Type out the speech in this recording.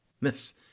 Miss